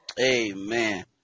Amen